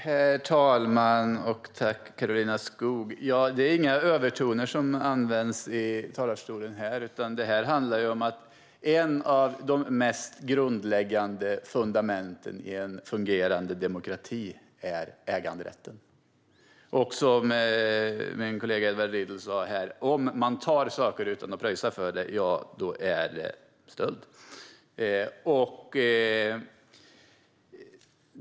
Herr talman! Tack, Karolina Skog! Det är inga övertoner som används i talarstolen här, utan det här handlar om att ett av de mest grundläggande fundamenten i en fungerande demokrati är äganderätten. Min kollega Edward Riedl sa här att om man tar saker utan att pröjsa för dem är det stöld.